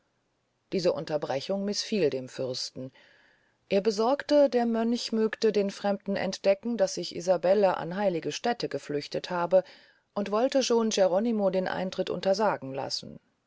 diese unterbrechung mißfiel dem fürsten er besorgte der mönch mögte den fremden entdecken daß sich isabelle an heilige stäte geflüchtet habe und wollte schon geronimo den eintritt untersagen lassen